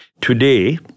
Today